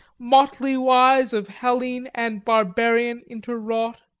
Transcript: motley-wise of hellene and barbarian interwrought